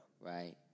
Right